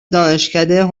دانشکده